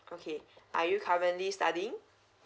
okay are you currently studying